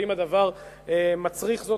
ואם הדבר מצריך זאת,